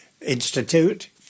institute